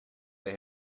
they